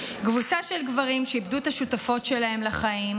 קבוצה של גברים שאיבדו את השותפות שלהם לחיים.